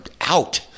out